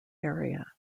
area